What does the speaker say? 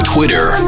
Twitter